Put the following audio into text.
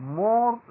more